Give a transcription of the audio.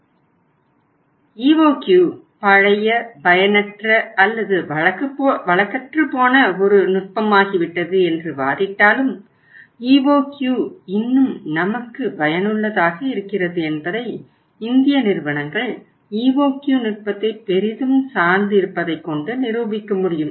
EOQ பழைய பயனற்ற அல்லது வழக்கற்றுப்போன ஒரு நுட்பமாகிவிட்டது என்று வாதிட்டாலும் EOQ இன்னும் நமக்கு பயனுள்ளதாக இருக்கிறது என்பதை இந்திய நிறுவனங்கள் EOQ நுட்பத்தை பெரிதும் சார்ந்து இருப்பதை கொண்டு நிரூபிக்க முடியும்